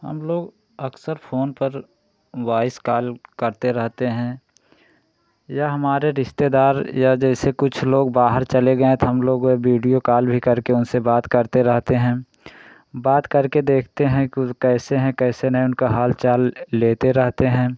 हम लोग अक्सर फ़ोन पर वाॅइस काल करते रहते हैं या हमारे रिश्तेदार या जैसे कुछ लोग बाहर चले गए हैं तो हम लोग यह बीडियो काल भी करके उनसे बात करते रहते हैं बात करके देखते हैं कि उह कैसे हैं कैसे नहीं उनका हाल चाल लेते रहते हैं